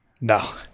no